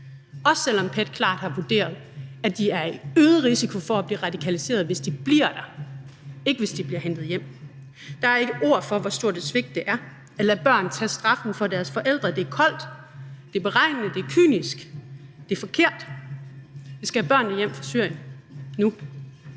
også selv om PET klart har vurderet, at de er i øget risiko for at blive radikaliseret, hvis de bliver der, ikke hvis de bliver hentet hjem. Der er ikke ord for, hvor stort et svigt det er at lade børn tage straffen for deres forældres handlinger. Det er koldt, det er beregnende, det er kynisk, det er forkert. Vi skal have børnene hjem fra Syrien nu.